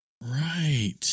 Right